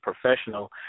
professional